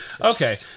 okay